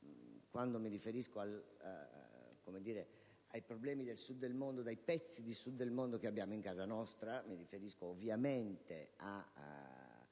quando parlo dei problemi del Sud del mondo e dei pezzi del Sud del mondo che abbiamo in casa nostra, mi riferisco ovviamente ai